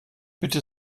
bitte